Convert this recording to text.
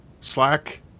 Slack